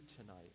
tonight